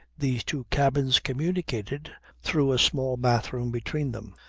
these two cabins communicated through a small bathroom between them,